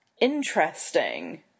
interesting